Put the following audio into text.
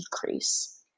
decrease